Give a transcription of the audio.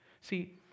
See